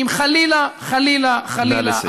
אם חלילה חלילה חלילה, נא לסיים.